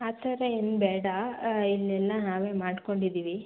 ಆ ಥರ ಏನೂ ಬೇಡ ಇಲ್ಲೆಲ್ಲ ನಾವೇ ಮಾಡಿಕೊಂಡಿದೀವಿ